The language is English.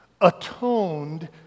atoned